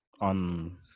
On